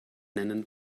nennen